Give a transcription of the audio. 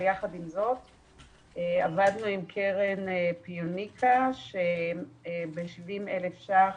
אבל יחד עם זאת עבדנו עם קרן פיוניקה ש-70,000 שקלים